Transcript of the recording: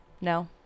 No